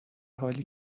حالی